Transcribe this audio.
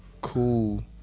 cool